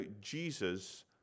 Jesus